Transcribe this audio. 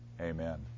Amen